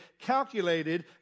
calculated